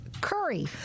Curry